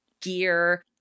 gear